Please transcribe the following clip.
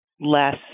less